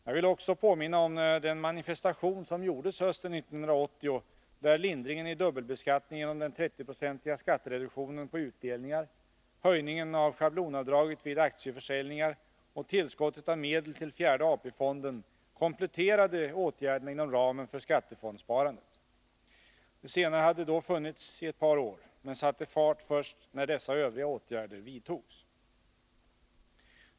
Jag vill också påminna om den manifestation som gjordes hösten 1980, där lindringen i dubbelbeskattningen, den 30 procentiga skattereduktionen på utdelningar, höjningen av schablonavdraget vid aktieförsäljningar och tillskottet av medel till fjärde AP-fonden kompletterade åtgärderna inom ramen för skattefondssparandet. Det senare hade då funnits i ett par år, men satte fart först när dessa övriga åtgärder vidtogs.